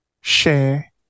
share